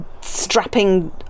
strapping